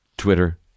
Twitter